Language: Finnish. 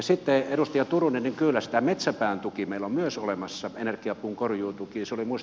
sitten edustaja turunen kyllä metsäpään tuki meillä on myös olemassa energiapuun korjuutuki